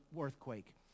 earthquake